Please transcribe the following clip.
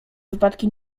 wypadki